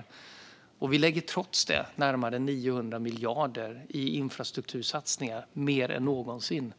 Men trots detta lägger vi alltså närmare 900 miljarder i infrastruktursatsningar, vilket är mer än någonsin.